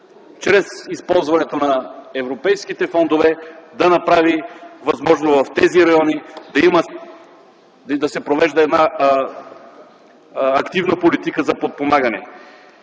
чрез използването на европейските фондове да направи възможно в тези райони да се провежда активна политика за подпомагане.